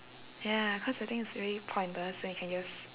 ya cause I think it's really pointless when you can just